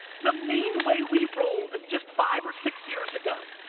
the main way we rolled, just five or six years ago.